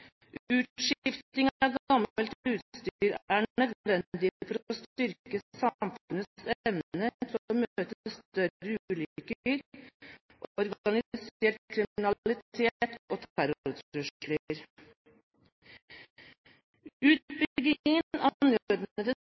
av gammelt utstyr er nødvendig for å styrke samfunnets evne til å møte større ulykker, organisert kriminalitet og terrortrusler. Utbyggingen av